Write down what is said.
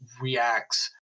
reacts